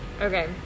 okay